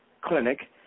clinic